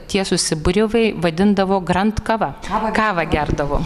tie susibūrimai vadindavo grandkava kavą gerdavo